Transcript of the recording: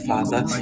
Father